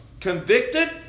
convicted